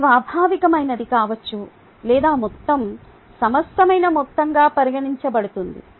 ఇది స్వాభావికమైనది కావచ్చు లేదా మొత్తం సమస్తమైన మొత్తంగా పరిగణించబడుతుంది